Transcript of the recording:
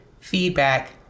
feedback